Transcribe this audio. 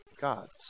gods